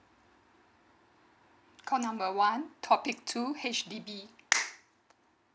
call number one topic two H_D_B